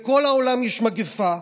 בכל העולם יש מגפה,